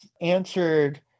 answered